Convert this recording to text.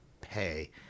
pay